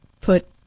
put